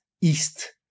east